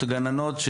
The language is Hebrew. גננות,